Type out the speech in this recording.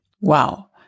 Wow